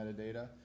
metadata